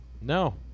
No